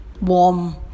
warm